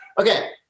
Okay